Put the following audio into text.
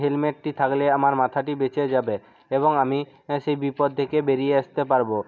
হেলমেটটি থাকলে আমার মাথাটি বেঁচে যাবে এবং আমি সেই বিপদ থেকে বেরিয়ে আসতে পারব